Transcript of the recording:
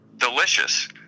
delicious